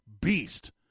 beast